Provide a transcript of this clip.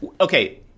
okay